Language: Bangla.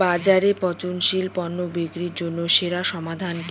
বাজারে পচনশীল পণ্য বিক্রির জন্য সেরা সমাধান কি?